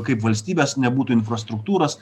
kaip valstybės nebūtų infrastruktūros